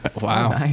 Wow